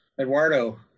Eduardo